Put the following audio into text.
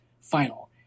final